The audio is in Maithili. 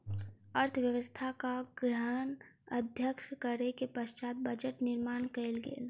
अर्थव्यवस्थाक गहन अध्ययन करै के पश्चात बजट निर्माण कयल गेल